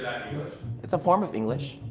it's a form of english.